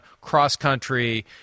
cross-country